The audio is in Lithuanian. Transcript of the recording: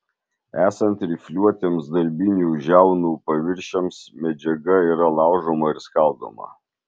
esant rifliuotiems darbinių žiaunų paviršiams medžiaga yra laužoma ir skaldoma